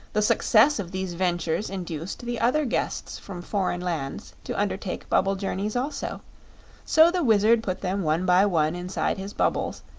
the success of these ventures induced the other guests from foreign lands to undertake bubble journeys, also so the wizard put them one by one inside his bubbles,